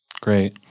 Great